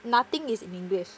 nothing is in english